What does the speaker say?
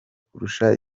kurusha